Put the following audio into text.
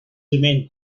remain